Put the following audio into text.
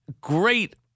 great